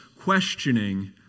questioning